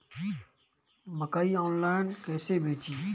मकई आनलाइन कइसे बेची?